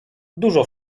dużo